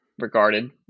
regarded